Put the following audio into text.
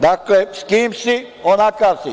Dakle, s kim si, onakav si.